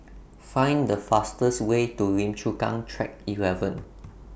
Find The fastest Way to Lim Chu Kang Track eleven